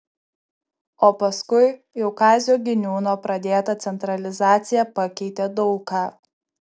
o paskui jau kazio giniūno pradėta centralizacija pakeitė daug ką